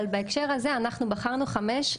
אבל בהקשר הזה אנחנו בחרנו חמש.